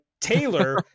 Taylor